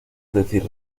decir